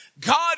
God